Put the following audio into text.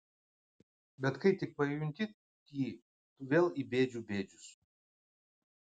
bet kai tik pajunti jį tu vėl bėdžių bėdžius